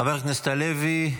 חבר הכנסת הלוי,